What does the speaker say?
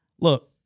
Look